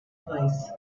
place